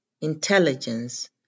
intelligence